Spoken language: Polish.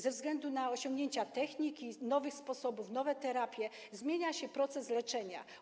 Ze względu na osiągnięcia techniki, nowe sposoby, nowe terapie zmienia się proces leczenia.